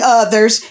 others